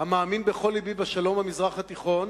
המאמין בכל לבי בשלום במזרח התיכון